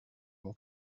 mon